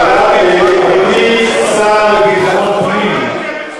הוא אמר את זה בצחוק,